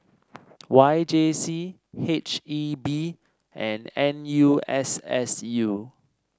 Y J C H E B and N U S S U